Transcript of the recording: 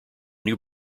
new